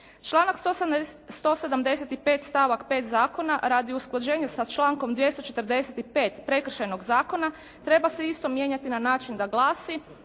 Članak 175. stavak 5. zakona, radi usklađenja sa člankom 245. Prekršajnog zakona, treba se isto mijenjati na način da glasi: